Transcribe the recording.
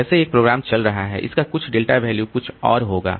तो जैसे एक प्रोग्राम चल रहा है इसका कुछ डेल्टा वैल्यू कुछ और होगा